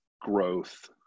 growth